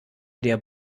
der